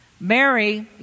Mary